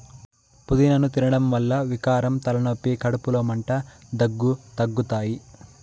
పూదినను తినడం వల్ల వికారం, తలనొప్పి, కడుపులో మంట, దగ్గు తగ్గుతాయి